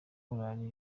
korali